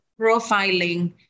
profiling